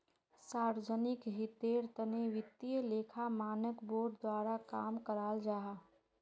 सार्वजनिक हीतेर तने वित्तिय लेखा मानक बोर्ड द्वारा काम कराल जाहा